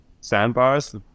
sandbars